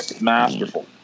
masterful